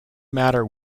matter